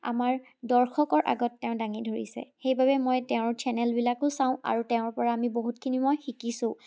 আমাৰ দৰ্শকৰ আগত তেওঁ দাঙি ধৰিছে সেইবাবে মই তেওঁৰ চেনেলবিলাকো চাওঁ আৰু তেওঁৰ পৰা আমি বহুতখিনি মই শিকিছোঁ